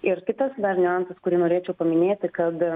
ir kitas dar niuansas kurį norėčiau paminėti kad